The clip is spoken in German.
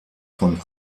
von